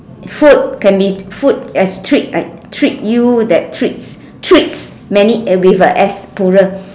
food can be food as treats I treat you that treats treats many eh with a s plural